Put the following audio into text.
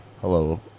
Hello